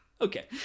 okay